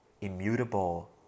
immutable